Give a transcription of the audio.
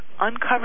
uncover